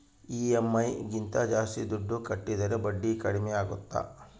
EMI ಗಿಂತ ಜಾಸ್ತಿ ದುಡ್ಡು ಕಟ್ಟಿದರೆ ಬಡ್ಡಿ ಕಡಿಮೆ ಆಗುತ್ತಾ?